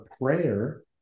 prayer